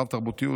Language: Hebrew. רב-תרבותיות,